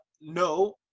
No